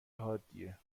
حادیه